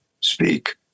speak